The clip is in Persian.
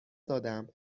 دادم